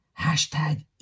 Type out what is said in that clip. Hashtag